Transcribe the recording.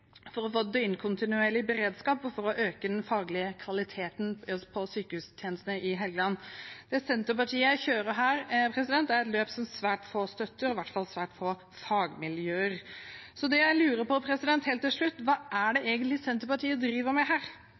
for å få døgnkontinuerlig beredskap og for å øke den faglige kvaliteten på sykehustjenestene på Helgeland. Det Senterpartiet kjører her, er et løp som svært få støtter, i hvert fall svært få fagmiljøer. Så det jeg lurer på helt til slutt, er: Hva er det egentlig Senterpartiet driver med her?